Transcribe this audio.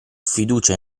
fiducia